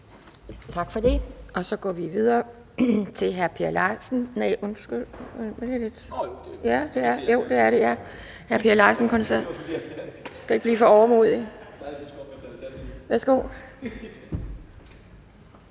Tak for det. Så går vi videre til hr. Per Larsen,